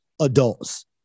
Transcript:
adults